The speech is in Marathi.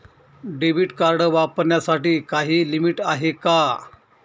डेबिट कार्ड वापरण्यासाठी काही लिमिट आहे का?